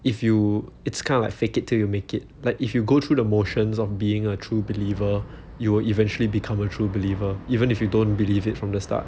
if you it's kinda like fake it till you make it like if you go through the motions of being a true believer you will eventually become a true believer even if you don't believe it from the start